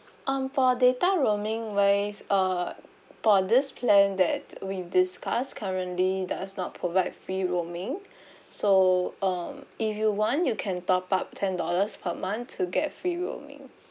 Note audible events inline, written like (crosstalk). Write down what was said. um for data roaming wise uh for this plan that we discuss currently does not provide free roaming (breath) so um if you want you can top up ten dollars per month to get free roaming